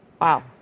Wow